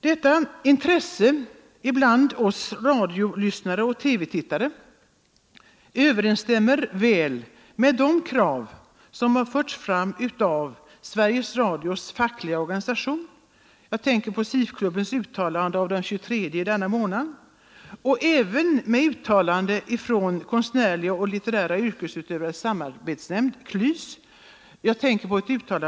Detta intresse bland oss radiolyssnare och TV-tittare överensstämmer väl med de krav som har förts fram av personalens fackliga organisation — jag tänker på SIF-klubbens uttalande av den 23 i denna månad — och även med uttalande den 21 januari i år av Konstnärliga och litterära yrkesutövares samarbetsnämnd, KLYS.